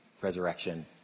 resurrection